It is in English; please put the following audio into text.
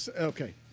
Okay